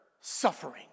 suffering